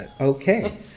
Okay